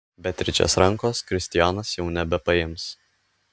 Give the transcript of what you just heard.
beatričės rankos kristijonas jau nebepaims